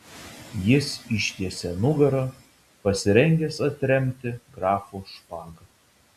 jis ištiesė nugarą pasirengęs atremti grafo špagą